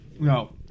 no